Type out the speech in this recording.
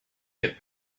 get